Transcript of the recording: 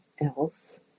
else